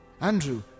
Andrew